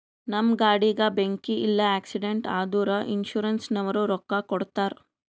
ನಮ್ ಗಾಡಿಗ ಬೆಂಕಿ ಇಲ್ಲ ಆಕ್ಸಿಡೆಂಟ್ ಆದುರ ಇನ್ಸೂರೆನ್ಸನವ್ರು ರೊಕ್ಕಾ ಕೊಡ್ತಾರ್